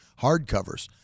hardcovers